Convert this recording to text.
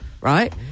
right